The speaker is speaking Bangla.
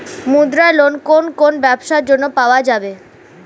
মুদ্রা লোন কোন কোন ব্যবসার জন্য পাওয়া যাবে?